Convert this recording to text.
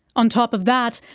on top of that,